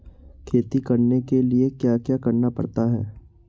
खेती करने के लिए क्या क्या करना पड़ता है?